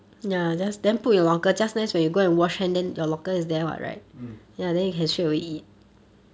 mm